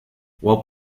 while